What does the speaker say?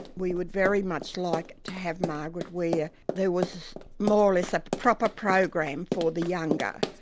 we would very much like to have margaret where there was more or less a proper program for the younger.